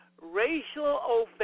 racial